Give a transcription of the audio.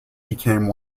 became